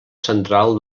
central